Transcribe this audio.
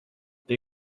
they